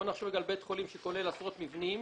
בואו נחשוב רגע על בית חולים שכולל עשרות מבנים,